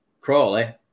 Crawley